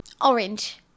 orange